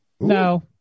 No